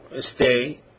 stay